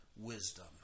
wisdom